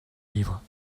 livre